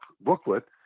booklet